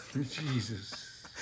Jesus